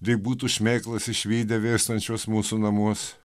lyg būtų šmėklos išvydę vėstančius mūsų namus